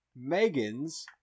Megans